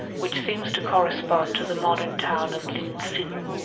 which seems to correspond to the modern town of lin-tsin,